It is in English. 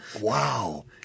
Wow